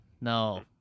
no